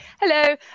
hello